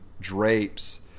drapes